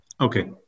Okay